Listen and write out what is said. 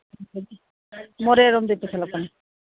ꯃꯣꯔꯦꯂꯣꯝꯗꯒꯤ ꯄꯨꯁꯤꯜꯂꯛꯄꯅꯤ